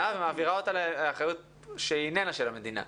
ומעבירה אותה לאחריות שהיא איננה של המדינה.